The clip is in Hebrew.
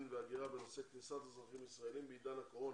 וההגירה בנושא כניסת אזרחים ישראלים בעידן הקורונה.